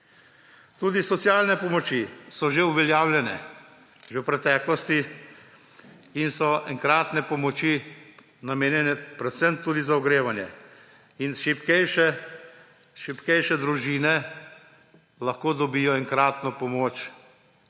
Tudi socialne pomoči so že uveljavljene, že v preteklosti in so enkratne pomoči namenjene predvsem tudi za ogrevanje in šibkejše družine lahko dobijo enkratno pomoč